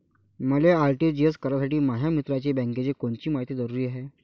मले आर.टी.जी.एस करासाठी माया मित्राच्या बँकेची कोनची मायती जरुरी हाय?